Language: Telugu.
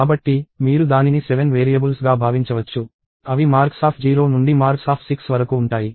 కాబట్టి మీరు దానిని 7 వేరియబుల్స్గా భావించవచ్చు అవి marks0 నుండి marks6 వరకు ఉంటాయి